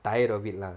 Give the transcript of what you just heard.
tired of it lah